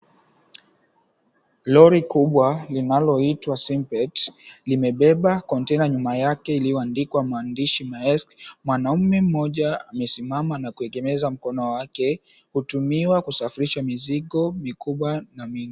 Lori kubwa linaloitwa Simpet limebeba konteina nyuma yake iliyoandikwa maandishi na S. Mwanaume mmoja amesimama na kuegemeza mkono wake kutumiwa kusafirisha mizigo mikubwa na midogo.